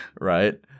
Right